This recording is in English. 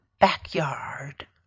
backyard